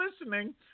listening